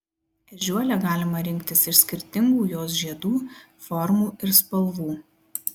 ežiuolę galima rinktis iš skirtingų jos žiedų formų ir spalvų